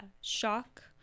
Shock